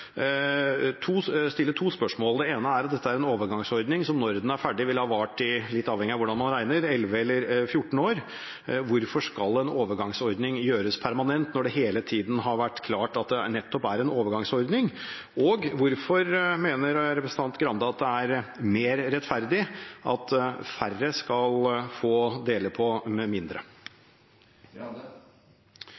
stille to spørsmål. Det ene er om dette er en overgangsordning som når den er ferdig, ville ha vart i – litt avhengig av hvordan man regner – 11 eller 14 år, hvorfor skal en overgangsordning gjøres permanent når det hele tiden har vært klart at det nettopp er en overgangsordning? Og hvorfor mener representanten Grande at det er mer rettferdig at færre skal få dele på – med mindre?